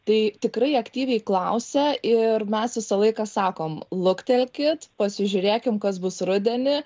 tai tikrai aktyviai klausia ir mes visą laiką sakom luktelkit pasižiūrėkim kas bus rudenį